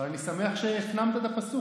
אבל אני שמח שהפנמת את הפסוק.